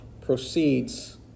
proceeds